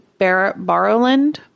Barrowland